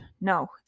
no